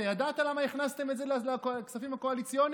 אתה ידעת למה הכנסתם את זה לכספים הקואליציוניים?